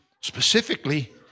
Specifically